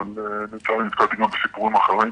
אבל לצערי נתקלתי גם בסיפורים אחרים,